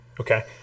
okay